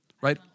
right